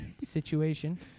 situation